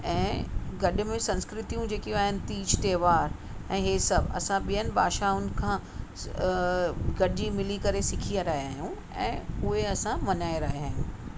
ऐं गॾ में संस्कृतियूं जेके आहिनि तीज त्यौहार ऐं इहे सभु असां ॿियनि भाषाउनि खां गॾिजी मिलीकरे सिखी रहियां आहियूं ऐं उहे असां मल्हाए रहिया आहियूं